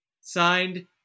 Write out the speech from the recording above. Signed